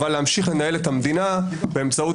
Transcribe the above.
אבל להמשיך לנהל את המדינה באמצעות